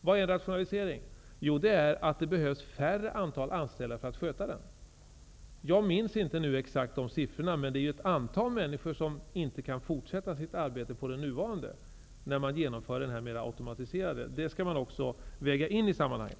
Vari ligger rationaliseringen? Jo, ett mindre antal anställda kommer att behövas. Jag minns inte sifforna exakt, men det är ett antal människor som inte kan fortsätta med sitt nuvarande arbete när automatiseringen har genomförts. Det skall också vägas in i sammanhanget.